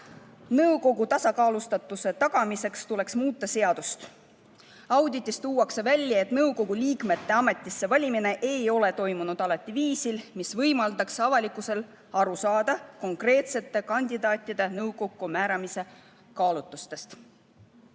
nõukogu tasakaalustatuse tagamiseks tuleks muuta seadust. Auditis tuuakse välja, et nõukogu liikmete ametisse valimine ei ole alati toimunud viisil, mis võimaldaks avalikkusel aru saada konkreetsete kandidaatide nõukokku määramise kaalutlustest.